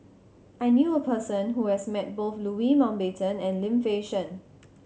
I knew a person who has met both Louis Mountbatten and Lim Fei Shen